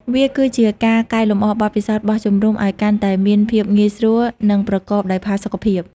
វាគឺជាការកែលម្អបទពិសោធន៍បោះជំរុំឲ្យកាន់តែមានភាពងាយស្រួល និងប្រកបដោយផាសុកភាព។